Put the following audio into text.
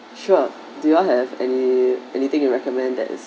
sure do you all have any anything you recommend that is